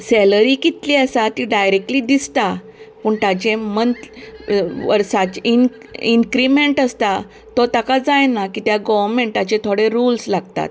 salary कितली आसा ती डायरेक्टली दिसता पूण ताचे मंथ वर्साचे इंन् इंक्रीमेंट आसता तो ताका जायना कित्याक गर्वमेंटाचे थोडे रूल्स लागतात